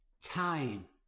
time